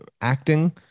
acting